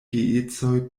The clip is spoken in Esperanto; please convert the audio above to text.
geedzoj